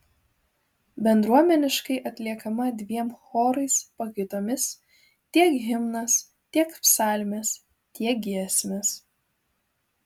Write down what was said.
bendruomeniškai atliekama dviem chorais pakaitomis tiek himnas tiek psalmės tiek giesmės